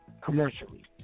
commercially